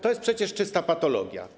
To jest przecież czysta patologia.